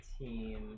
Team